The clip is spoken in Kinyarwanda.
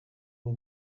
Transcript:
bwo